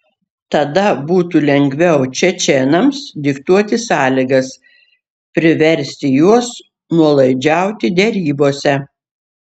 tada būtų lengviau čečėnams diktuoti sąlygas priversti juos nuolaidžiauti derybose